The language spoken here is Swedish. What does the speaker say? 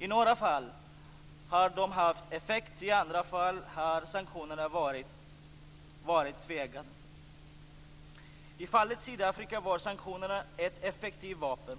I några fall har de haft effekt, och i andra fall har sanktionerna varit tveeggade. I fallet Sydafrika var sanktionerna ett effektivt vapen.